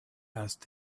asked